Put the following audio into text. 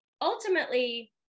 ultimately